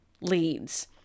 leads